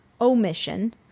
omission